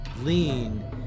Lean